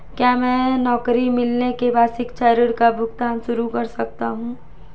क्या मैं नौकरी मिलने के बाद शिक्षा ऋण का भुगतान शुरू कर सकता हूँ?